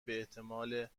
باحتمال